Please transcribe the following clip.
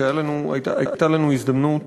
שהייתה לנו הזדמנות